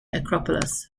acropolis